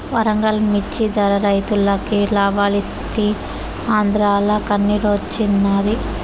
వరంగల్ మిచ్చి ధర రైతులకి లాబాలిస్తీ ఆంద్రాల కన్నిరోచ్చినాది